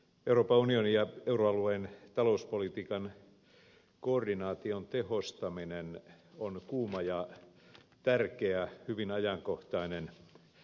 euroopan unionin ja euroalueen talouspolitiikan koordinaation tehostaminen on kuuma ja tärkeä hyvin ajankohtainen aihe